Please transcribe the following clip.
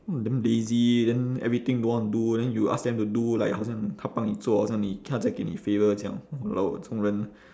damn lazy then everything don't want to do then you ask them do like 好像他帮你做好像你他在给你 favour 这样 !walao! 这种人